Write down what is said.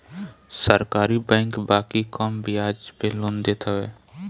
सरकारी बैंक बाकी कम बियाज पे लोन देत हवे